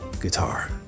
guitar